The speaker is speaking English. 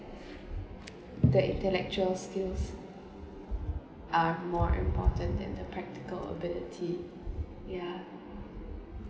the intellectual skills are more important than the practical ability ya